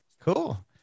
Cool